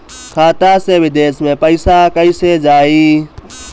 खाता से विदेश मे पैसा कईसे जाई?